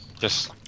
Yes